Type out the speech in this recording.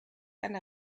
eine